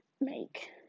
make